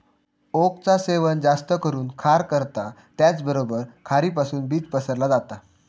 ओकचा सेवन जास्त करून खार करता त्याचबरोबर खारीपासुन बीज पसरला जाता